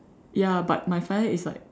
ya but my final is like